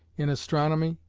in astronomy,